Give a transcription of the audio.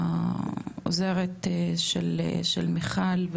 העוזרת של מיכל,